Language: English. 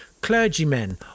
clergymen